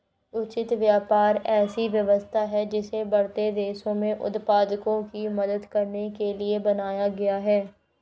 उचित व्यापार ऐसी व्यवस्था है जिसे बढ़ते देशों में उत्पादकों की मदद करने के लिए बनाया गया है